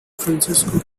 francisco